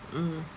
mmhmm